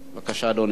בבקשה, אדוני.